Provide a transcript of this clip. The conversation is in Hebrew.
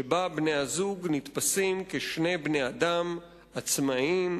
שבה בני-הזוג נתפסים כשני בני-אדם עצמאיים,